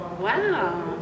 Wow